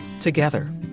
together